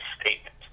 statement